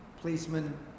policemen